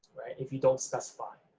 if you don't specify.